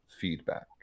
feedback